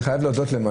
אני חייב להודות להם,